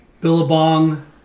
Billabong